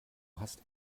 hast